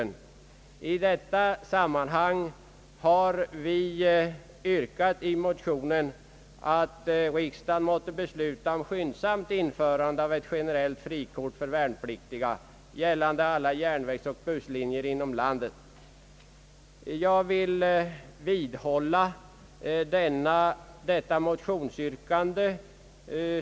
I det sammanhanget har vi yrkat att riksdagen måtte besluta om skyndsamt införande av ett generellt frikort för värnpliktiga gällande alla järnvägsoch busslinjer inom landet. Jag vidhåller detta motionsyrkande.